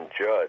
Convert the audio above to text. Judge